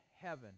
heaven